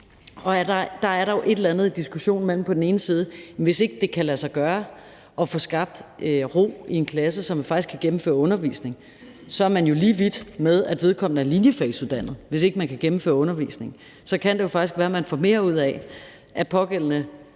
Der er dog et eller andet i diskussionen: Hvis ikke det kan lade sig gøre at få skabt ro i en klasse, så man faktisk kan gennemføre undervisningen, er man jo lige vidt, i forhold til at vedkommende er linjefagsuddannet – hvis ikke man kan gennemføre undervisningen. Så kan det jo faktisk være, at man får mere ud af, at den pågældende